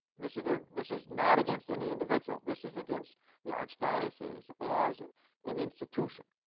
this is ah this is not against any individual. this is against the archdiocese as an institution.